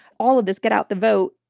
all of this get out the vote,